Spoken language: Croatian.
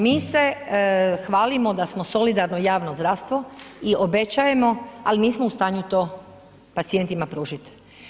Mi se hvalimo da smo solidarno javno zdravstvo i obećajemo, ali nismo u stanju pacijentima to pružit.